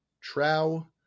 Trow